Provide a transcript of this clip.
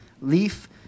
Leaf